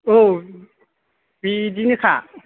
औ बिदिनोखा